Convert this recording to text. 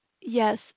yes